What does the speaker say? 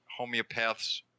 homeopaths